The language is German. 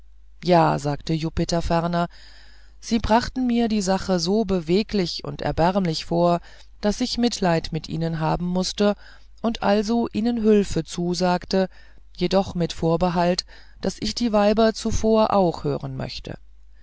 ja sagte jupiter ferner sie brachten mir die sache so beweglich und erbärmlich vor daß ich mitleiden mit ihnen haben mußte und also ihnen hülfe zusagte jedoch mit vorbehalt daß ich die weiber zuvor auch hören möchte